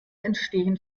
entstehen